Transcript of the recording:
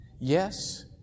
Yes